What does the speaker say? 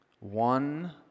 One